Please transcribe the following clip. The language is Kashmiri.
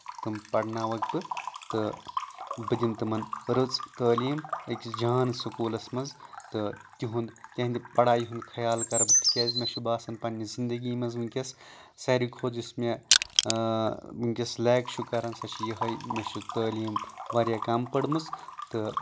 تِم پرناوکھ بہٕ تہٕ بہٕ دِمہٕ تِمن رٕژ تٲلیٖم أکِس جان سکوٗلَس منٛز تہٕ تیُہُنٛد تِہنٛدِ پَڑایہِ ہُنٛد خیال کَرٕ بہٕ تِکیازِ مےٚ چھُ باسان پَنٕنہِ زنٛدگی منٛز وٕنٛۍکیٚس ساروٕے کھوٚت یُس مےٚ وٕنٛۍکیٚس لیک چھُ کَران سۄ چھےٚ یِہے مےٚ چھےٚ تٲلیٖم واریاہ کَم پٔرمژ تہٕ